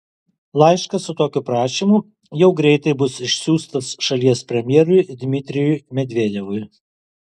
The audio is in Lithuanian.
laiškas su tokiu prašymu jau greitai bus išsiųstas šalies premjerui dmitrijui medvedevui